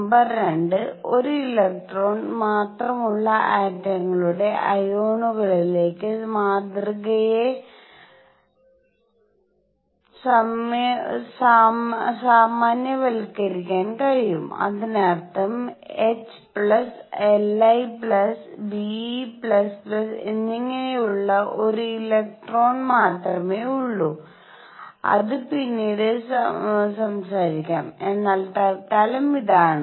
number 2 ഒരു electron മാത്രമുള്ള ആറ്റങ്ങളുടെ അയോണുകളിലേക്ക് മാതൃകയെ സാമാന്യവൽക്കരിക്കാൻ കഴിയും അതിനർത്ഥം He Li Be എന്നിങ്ങനെയുള്ള ഒരു ഇലക്ട്രോൺ മാത്രമേ ഉള്ളൂ അത് പിന്നീട് സംസാരിക്കും എന്നാൽ തൽക്കാലം ഇതാണ്